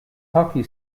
hockey